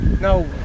no